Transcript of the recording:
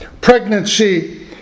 pregnancy